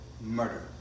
murder